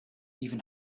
even